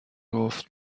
گفت